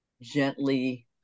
Gently